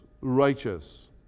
Righteous